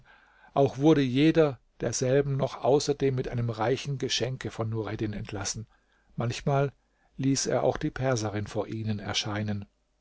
auch wurde jeder derselben noch außerdem mit einem reichen geschenke von nureddin entlassen manchmal ließ er auch die perserin vor ihnen erscheinen